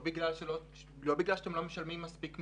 לא בגלל שאתם לא משלמים מספיק מיסים,